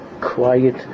quiet